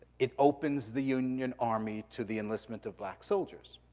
it opens the union army to the enlistment of black soldiers.